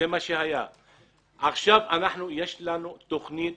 יש לנו תוכנית